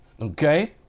Okay